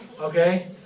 okay